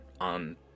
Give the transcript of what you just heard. on